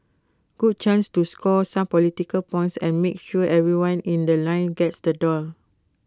good chance to score some political points and make sure everyone in The Line gets the doll